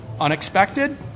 Unexpected